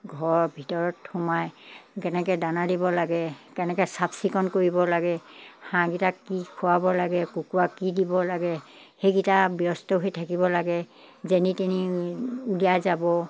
ঘৰৰ ভিতৰত সোমাই কেনেকৈ দানা দিব লাগে কেনেকৈ চাফ চিকুণ কৰিব লাগে হাঁহকেইটাক কি খোৱাব লাগে কুকুৰাক কি দিব লাগে সেইকেইটা ব্যস্ত হৈ থাকিব লাগে যেনি তেনি যাব